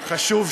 חוק חשוב